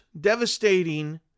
devastating